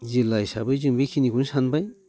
जिल्ला हिसाबै जों बेखिनिखौनो सानबाय